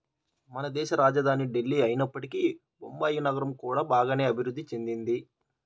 మనదేశ రాజధాని ఢిల్లీనే అయినప్పటికీ బొంబాయి నగరం కూడా బాగానే అభిరుద్ధి చెందింది